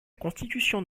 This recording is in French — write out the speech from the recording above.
constitution